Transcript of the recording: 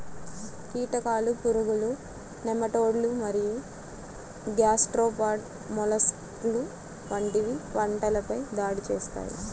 కీటకాలు, పురుగులు, నెమటోడ్లు మరియు గ్యాస్ట్రోపాడ్ మొలస్క్లు వంటివి పంటలపై దాడి చేస్తాయి